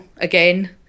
again